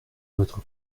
votre